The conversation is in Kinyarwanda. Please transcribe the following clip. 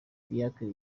fiacre